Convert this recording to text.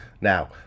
Now